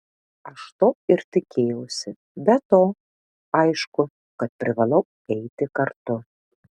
aš to ir tikėjausi be to aišku kad privalau eiti kartu